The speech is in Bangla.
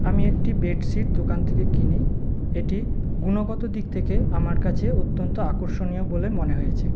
আমি একটি বেডশিট দোকান থেকে কিনে এটি গুণগত দিক থেকে আমার কাছে অত্যন্ত আকর্ষণীয় বলে মনে হয়েছে